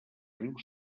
riu